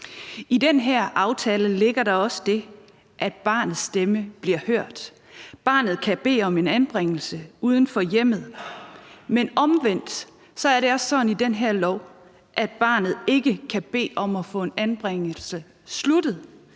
I den her aftale ligger der også det, at barnets stemme bliver hørt. Barnet kan bede om en anbringelse uden for hjemmet, men omvendt er det også sådan i den her lov, at barnet ikke kan bede om at få en anbringelse sluttet